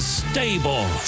stable